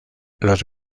los